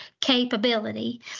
capability